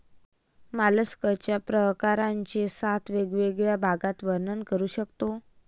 मॉलस्कच्या प्रकारांचे सात वेगवेगळ्या भागात वर्णन करू शकतो